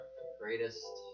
Greatest